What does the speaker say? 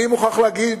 אני מוכרח להגיד,